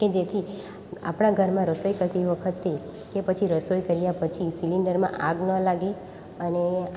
કે જેથી આપણાં ઘરમાં રસોઈ કરતી વખતે કે પછી રસોઈ કર્યા પછી સિલેન્ડરમાં આગ ન લાગે અને